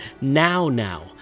now-now